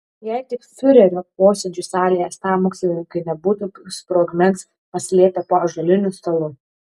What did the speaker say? jei tik fiurerio posėdžių salėje sąmokslininkai nebūtų sprogmens paslėpę po ąžuoliniu stalu